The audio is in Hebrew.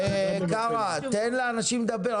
קארה, תן לאנשים לדבר.